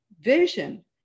vision